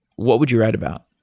what would you write about?